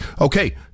okay